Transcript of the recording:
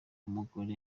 umugore